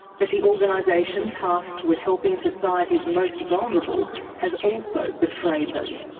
but the organisation tasked with helping society's most vulnerable has also betrayed them.